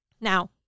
Now